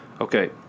Okay